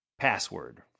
Password